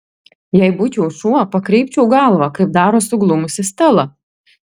jei būčiau šuo pakreipčiau galvą kaip daro suglumusi stela